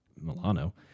Milano